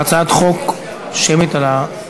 תפסו את מקומותיכם, עכשיו שמית על זה?